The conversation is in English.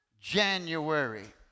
January